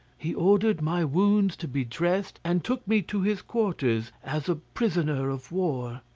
he ordered my wounds to be dressed, and took me to his quarters as a prisoner of war.